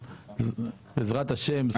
בעזרת השם.